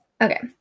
Okay